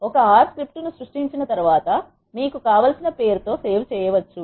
మీరు ఒక R script ను సృష్టించిన తర్వాత మీకు కావలసిన పేరుతో సేవ్ చేయవచ్చు